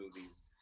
movies